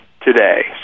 today